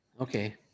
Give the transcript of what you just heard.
Okay